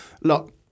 look